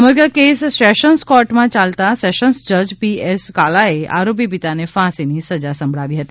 સમગ્ર case sessions કોર્ટમાં ચાલતાં સેશન્સન જજ પીએસ કાલાએ આરોપી પિતાને ફાંસીની સજા સંભળાવી હતી